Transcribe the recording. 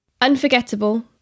Unforgettable